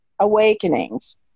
Awakenings